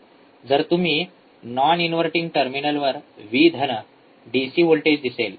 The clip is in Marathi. जर तुम्ही नाॅन इनव्हर्टिंग टर्मिनलवर व्ही धन V डीसी व्होल्टेज दिसेल